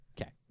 okay